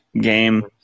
game